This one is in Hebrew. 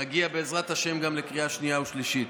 נגיע בעזרת השם גם לקריאה שנייה ושלישית.